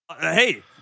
Hey